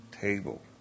table